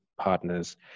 partners